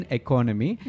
economy